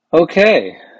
Okay